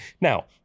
Now